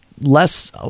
less